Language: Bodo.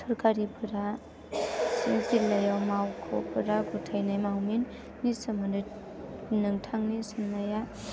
सरकारिफोरा बिसोरनि जिल्लायाव मावख'फोरा गथायनाय मावमिननि सोमोन्दै नोंथांनि साननाया